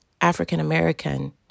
african-american